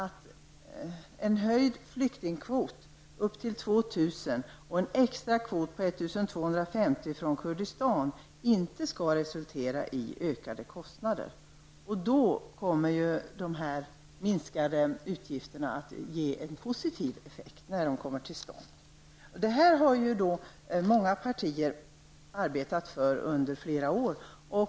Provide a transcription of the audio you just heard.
2 000 och en extrakvot på 1 250 från Kurdistan inte skall resultera i ökade kostnader. Då kommer de minskade utgifterna att ge en positiv effekt. Många partier har arbetat för detta under flera år.